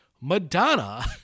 Madonna